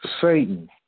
Satan